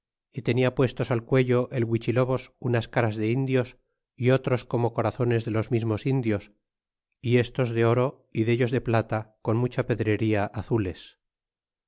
é tenia puestos al cuello el huichilobosunas caras de indios y otros como corazones de los mismos indios y estos de oro y dellos de plata con mucha pedrería azules